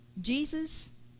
Jesus